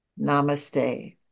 Namaste